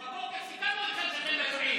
בבוקר סיכמנו איתכם שאתם מצביעים.